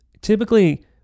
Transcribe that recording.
typically